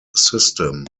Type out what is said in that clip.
system